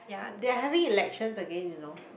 they're having elections again you know